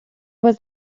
was